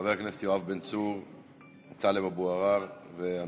חברי הכנסת יואב בן צור וטלב אבו עראר ואנוכי.